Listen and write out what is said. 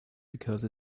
because